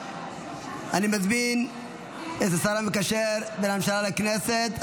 אני מזמין את השר המקשר בין הממשלה לכנסת,